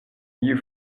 you